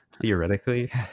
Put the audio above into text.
Theoretically